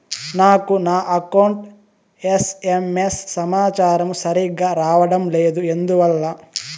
నాకు నా account SMS సమాచారము సరిగ్గా రావడం లేదు ఎందువల్ల?